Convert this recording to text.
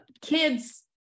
Kids